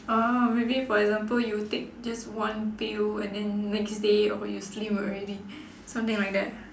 orh maybe for example you take just one pill and then next day or what you slim already something like that